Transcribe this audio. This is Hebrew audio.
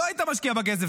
לא היית משקיע בה כסף.